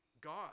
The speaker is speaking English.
god